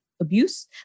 abuse